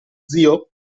zio